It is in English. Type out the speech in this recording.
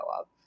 up